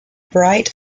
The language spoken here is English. bright